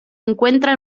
encuentra